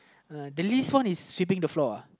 uh the least one is sweeping the floor uh